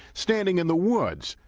standing in the woods,